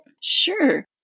Sure